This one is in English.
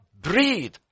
breathe